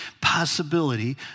possibility